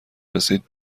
رسید